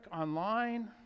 online